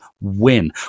win